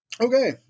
Okay